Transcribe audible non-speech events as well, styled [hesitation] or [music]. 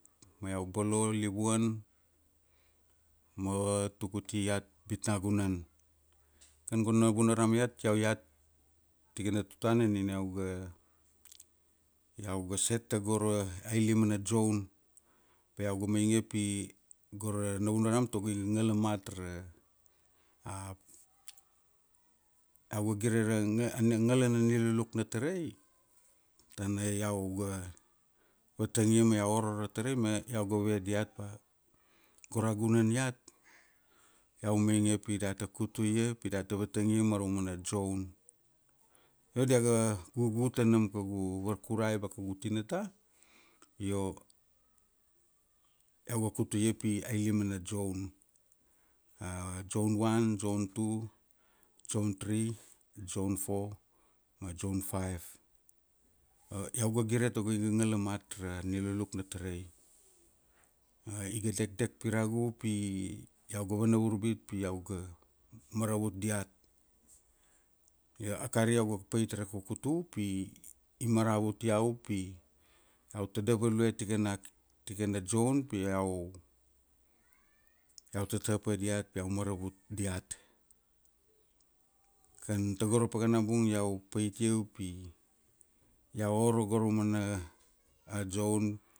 Ma iau bolo livuan, ma tuk uti iat Bitagunan. Kan go Navunaram iat, iau iat tikana tutana nina iau ga, iau ga set tago ra ailima na zone. Pi iau ga mainge pi, gora Navunaram tago i gnala mat ra, [hesitation] iau ga gire ra gnalana niluluk na tarai, tana iau ga vatangia ma iau oro ra tarai ma iau ga ve diat ba, go ra gunan iat, iau mainge pi data kutuia pi data vatangia mara umana zone. Io diaga gug tanam kau varkurai ba kau tinata, io iau ga kutia pi ailimana zone. A zone one, zone two, zone three, zone four ma zone five. A iau ga gire tago iga ngala mat ra niluluk na tarai. Ma iga dekdek piragu pi, iau ga vana vurbit pi iau ga maravut diat. Io akari iau ga pait ra kukutu pi, imaravut iau pi, iau tadav value takana, tikana zone pi iau, iau tata pa diat iau maravut diat. Kan tago ra pakana bung iau paitia upi iau oro go ra aumana, a zone.